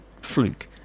fluke